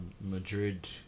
Madrid